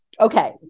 Okay